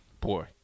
boy